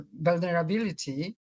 vulnerability